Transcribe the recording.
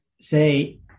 say